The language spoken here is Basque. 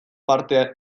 parte